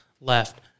left